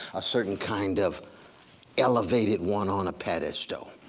a certain kind of elevated one on a pedestal?